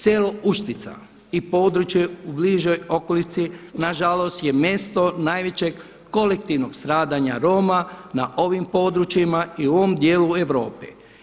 Selo Uštica i područje u bližoj okolici nažalost je mjesto najvećeg kolektivnog stradanja Roma na ovim područjima i u ovom dijelu Europe.